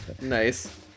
Nice